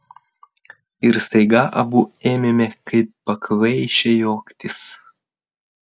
ir staiga abu ėmėme kaip pakvaišę juoktis